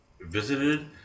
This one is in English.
visited